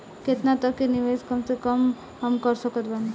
केतना तक के निवेश कम से कम मे हम कर सकत बानी?